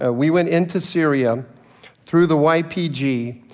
ah we went into syria through the ypg,